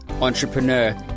entrepreneur